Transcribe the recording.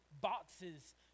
boxes